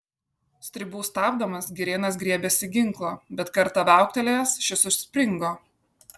stribų stabdomas girėnas griebėsi ginklo bet kartą viauktelėjęs šis užspringo